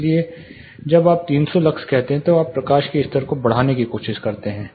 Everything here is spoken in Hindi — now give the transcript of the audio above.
इसलिए जब आप 300 लक्स कहते हैं तो आप प्रकाश के स्तर को बढ़ाने की कोशिश करते हैं